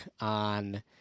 on